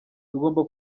tugomba